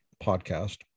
podcast